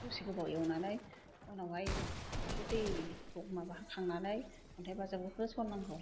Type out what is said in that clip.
दसे गोबाव एवनानै उनाव हाय एसे दैखौ माबा खांनानै अन्थाइ बाजाबखौ होसन नांगौ